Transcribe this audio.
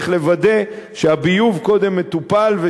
צריך לוודא קודם שהביוב מטופל,